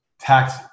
tax